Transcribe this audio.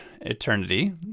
eternity